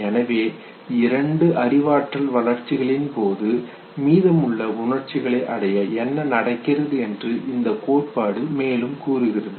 எனவே இரண்டு அறிவாற்றல் வளர்ச்சிகளின் போது மீதமுள்ள உணர்ச்சிகளை அடைய என்ன நடக்கிறது என்று இந்த கோட்பாடு மேலும் கூறுகிறது